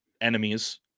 enemies